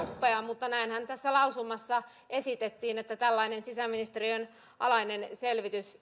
suppea mutta näinhän tässä lausumassa esitettiin että tällainen sisäministeriön alainen selvitys